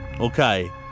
okay